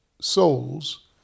souls